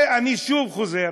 ואני שוב חוזר,